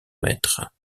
maître